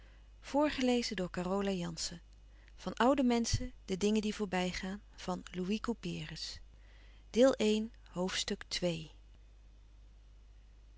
van oude menschen de dingen die voorbij gaan ste deel van